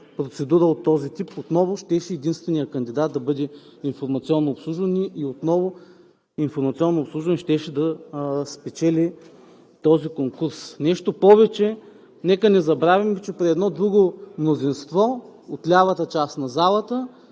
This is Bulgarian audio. процедура от този тип отново единственият кандидат щеше да бъде Информационно обслужване и отново Информационно обслужване щеше да спечели този конкурс. Нещо повече. Нека не забравяме, че при едно друго мнозинство – от лявата част на залата,